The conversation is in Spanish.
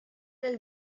del